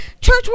church